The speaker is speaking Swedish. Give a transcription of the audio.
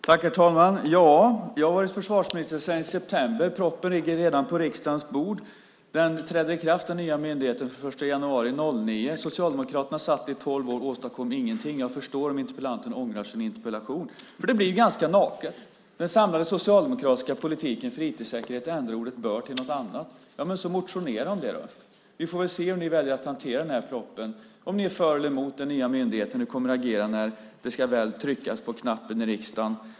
Herr talman! Jag har varit försvarsminister sedan i september. Propositionen ligger redan på riksdagens bord. Den nya myndigheten börjar arbeta den 1 januari 2009. Socialdemokraterna satt i tolv år och åstadkom ingenting. Jag förstår om interpellanten ångrar sin interpellation. För den blir ganska naken. Den samlade socialdemokratiska politiken för IT-säkerhet ändrar ordet "bör" till något annat. Så motionera om det då! Vi får väl se hur ni väljer att hantera den här propositionen, om ni är för eller emot den nya myndigheten och hur ni kommer att agera när det väl ska tryckas på knappen i riksdagen.